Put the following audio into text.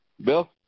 bill